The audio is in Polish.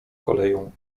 koleją